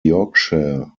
yorkshire